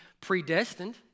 predestined